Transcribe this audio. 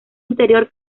interior